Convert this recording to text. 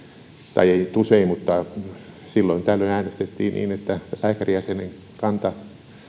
tai ei nyt usein mutta silloin tällöin että lääkärijäsenen kanta